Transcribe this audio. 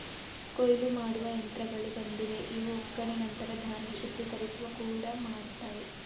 ಕೊಯ್ಲು ಮಾಡುವ ಯಂತ್ರಗಳು ಬಂದಿವೆ ಇವು ಒಕ್ಕಣೆ ನಂತರ ಧಾನ್ಯ ಶುದ್ಧೀಕರಿಸುವ ಕೂಡ ಮಾಡ್ತವೆ